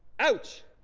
ouch.